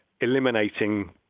eliminating